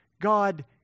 God